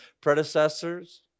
predecessors